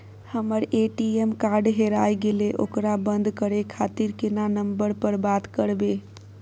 हमर ATM card हेराय गेले ओकरा बंद करे खातिर केना नंबर पर बात करबे?